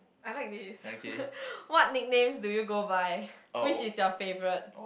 I like this what nickname do you go by which is your favourite